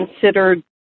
considered